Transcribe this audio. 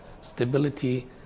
Stability